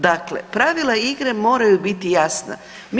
Dakle, pravila igre moraju biti jasna.